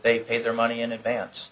they pay their money in advance